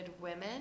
women